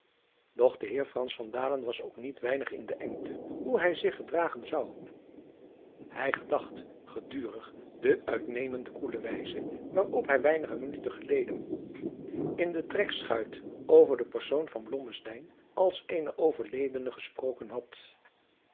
doch de heer frans van dalen was ook niet weinig in de engte hoe hij zich gedragen zou hij gedacht gedurig de uitnemende koele wijze waarop hij weinige minuten geleden in de trekschuit over den persoon van blommesteyn als eenen overledenen gesproken had